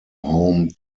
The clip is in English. home